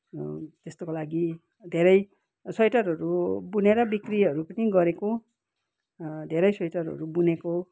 त्यस्तोको लागि धेरै स्वेटरहरू बुनेर बिक्रीहरू पनि गरेको धेरै स्वेटरहरू बुनेको